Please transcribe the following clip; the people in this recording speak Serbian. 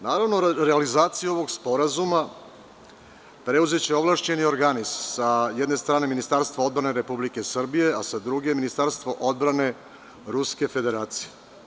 Naravno, realizaciju ovog sporazuma preuzeće ovlašćeni organi, sa jedne strane Ministarstvo odbrane Republike Srbije, a sa druge Ministarstvo odbrane Ruske Federacije.